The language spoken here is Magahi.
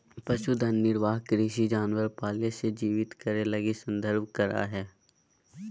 पशुधन निर्वाह कृषि जानवर पाले से जीवित करे लगी संदर्भित करा हइ